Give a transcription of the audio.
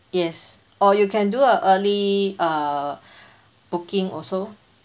yes or you can do a early uh booking also